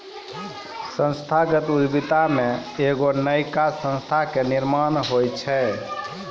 संस्थागत उद्यमिता मे एगो नयका संस्था के निर्माण होय छै